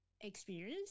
experience